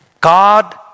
God